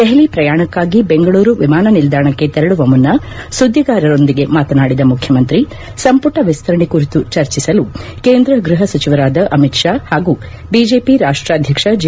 ದೆಹಲಿ ಪ್ರಯಾಣಕ್ಕಾಗಿ ಬೆಂಗಳೂರು ವಿಮಾನ ನಿಲ್ದಾಣಕ್ಕೆ ತೆರಳುವ ಮುನ್ನ ಸುದ್ದಿಗಾರರೊಂದಿಗೆ ಮಾತನಾಡಿದ ಮುಖ್ಯಮಂತ್ರಿ ಸಂಪುಟ ವಿಸ್ತರಣೆ ಕುರಿತು ಚರ್ಚೆಸಲು ಕೇಂದ್ರ ಗೃಹ ಸಚಿವರಾದ ಅಮಿಷ್ ಷಾ ಹಾಗೂ ಬಿಜಿಪಿ ರಾಷ್ಟ್ರಾಧ್ಯಕ್ಷ ಜೆ